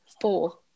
four